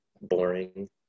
boring